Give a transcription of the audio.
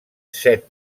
set